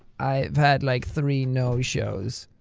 i've had like three no shows.